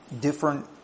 different